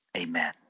amen